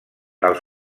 els